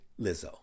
Lizzo